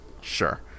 Sure